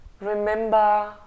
remember